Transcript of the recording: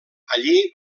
allí